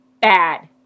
Bad